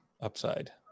upside